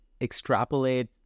extrapolate